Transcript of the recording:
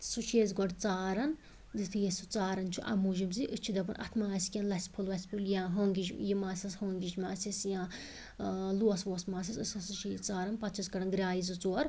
سُہ چھِ أسۍ گۄڈٕ ژاران یُتھٕے أسۍ سُہ ژاران چھِ اَمہِ موٗجوٗب زِ أسۍ چھِ دَپان اتھ ما آسہِ کیٚنٛہہ لَژھہِ پھوٚل وَژھہِ پھوٚل یا ہٲنٛگِجۍ یہِ ما آسیٚس ہٲنٛگِجۍ ما آسیٚس یا لوس ووس ما آسیٚس أسۍ ہَسا چھِ یہِ ژاران پَتہٕ چھِس کَڑان گرٛایہِ زٕ ژور